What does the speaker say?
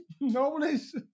Nobody's